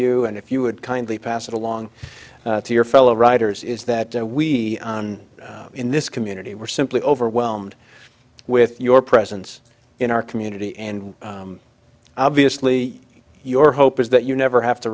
you and if you would kindly pass it along to your fellow writers is that we in this community were simply overwhelmed with your presence in our community and obviously your hope is that you never have to